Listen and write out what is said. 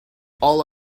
all